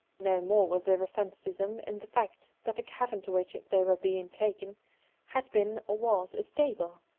no more was there offence to them in the fact that the cavern to which they were being taken had been, or was, a stable.